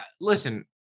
listen